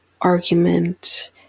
argument